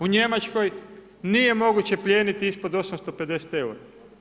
U Njemačkoj nije moguće plijeniti ispod 850 eura.